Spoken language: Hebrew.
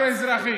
בהבטחתו.